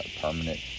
permanent